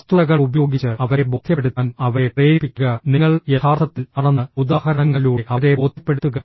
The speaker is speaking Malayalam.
വസ്തുതകൾ ഉപയോഗിച്ച് അവരെ ബോധ്യപ്പെടുത്താൻ അവരെ പ്രേരിപ്പിക്കുക നിങ്ങൾ യഥാർത്ഥത്തിൽ ആണെന്ന് ഉദാഹരണങ്ങളിലൂടെ അവരെ ബോധ്യപ്പെടുത്തുക